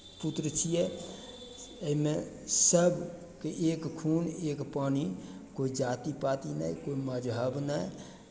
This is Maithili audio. पुत्र छियै एहिमे सभके एक खून एक पानि कोइ जाति पाति नहि कोइ मजहब नहि